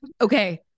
Okay